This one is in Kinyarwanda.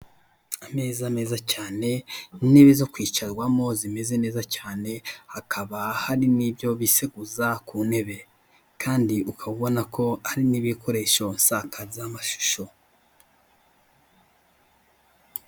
Ameza meza cyane, intebe zo kwicarwamo zimeze neza cyane, hakaba harimo ibyo biseguza ku ntebe kandi ukaba ubona ko harimo ibikoresho nsakazamashusho.